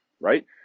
right